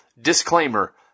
Disclaimer